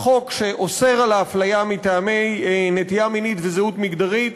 החוק שאוסר אפליה מטעמי נטייה מינית וזהות מגדרית